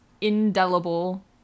indelible